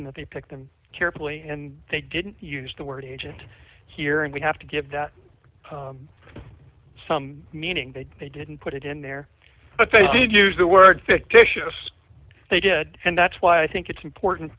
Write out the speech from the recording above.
in that they pick them carefully and they didn't use the word agent here and we have to give that some meaning that they didn't put it in there but they did use the word fictitious they did and that's why i think it's important